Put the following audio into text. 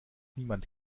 niemand